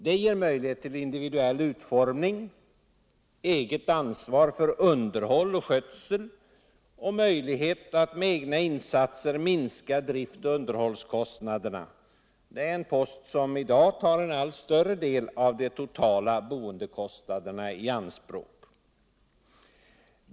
Det ger möjlighet tll individuell utformning, eget ansvar för underhåll och skötsel och möjlighet att med egna insatser minska drift och underhållskostnaderna — en post som i dag tar en allt större del av de totala boendekostnaderna i anspråk.